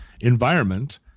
environment